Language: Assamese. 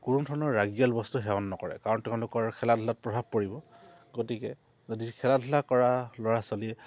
কোনো ধৰণৰ ৰাগীয়াল বস্তু সেৱন নকৰে কাৰণ তেওঁলোকৰ খেলা ধূলাত প্ৰভাৱ পৰিব গতিকে যদি খেলা ধূলা কৰা ল'ৰা ছোৱালীয়ে